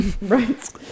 right